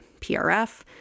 PRF